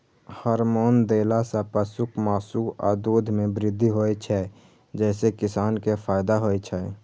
hormone देला सं पशुक मासु आ दूध मे वृद्धि होइ छै, जइसे किसान कें फायदा होइ छै